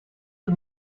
the